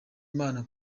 imana